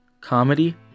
comedy